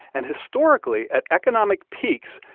and historically, at economic peaks,